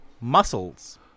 muscles